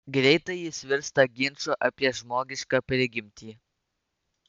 greitai jis virsta ginču apie žmogišką prigimtį